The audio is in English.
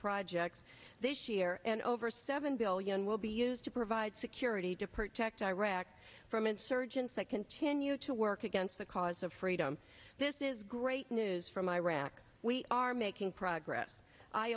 projects this year and over seven billion will be in to provide security to protect iraq from insurgents that continue to work against the cause of freedom this is great news from iraq we are making progress i